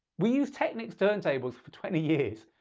we use technics turntables for twenty years,